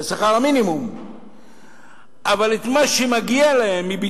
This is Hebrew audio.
את שכר המינימום.